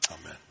Amen